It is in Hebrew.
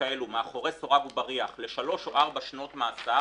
כאלה מאחורי סורג ובריח לשלוש או ארבע שנות מאסר,